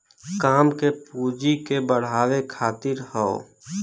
काम के पूँजी के बढ़ावे खातिर हौ